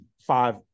five